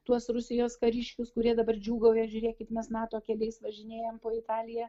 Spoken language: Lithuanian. tuos rusijos kariškius kurie dabar džiūgauja žiūrėkit mes nato keliais važinėjam po italiją